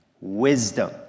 Wisdom